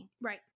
Right